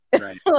right